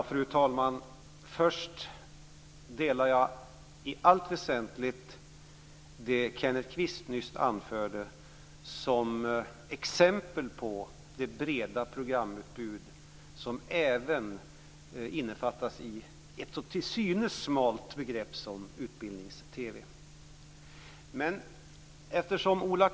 Fru talman! Först vill jag säga att jag i allt väsentligt delar det Kenneth Kvist nyss anförde som exempel på det breda programutbud som även innefattas av ett till synes smalt begrepp som Utbildnings-TV.